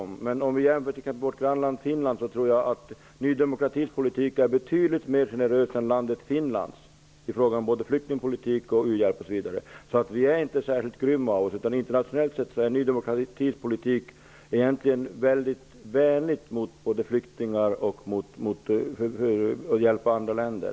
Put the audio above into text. Men jämfört med t.ex. vårt grannland Finland är Ny demokratis politik betydligt mer generös än landet Finlands i fråga om flyktingpolitik, u-hjälp osv. Vi är alltså inte särskilt grymma av oss. Internationellt sett är Ny demokratis politik egentligen vänlig mot flyktingar och innebär att vi vill hjälpa andra länder.